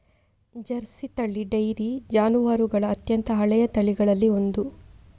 Jersey ತಳಿ dairy ಜಾನುವಾರುಗಳ ಅತ್ಯಂತ ಹಳೆಯ ತಳಿಗಳಲ್ಲಿ ಒಂದು